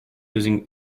using